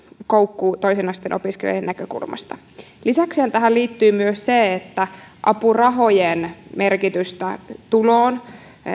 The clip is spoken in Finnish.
koukku toisen asteen opiskelijoiden näkökulmasta lisäksihän tähän liittyy myös se että apurahojen merkitystä tuloon